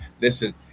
listen